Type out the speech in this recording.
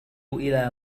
إلى